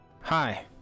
Hi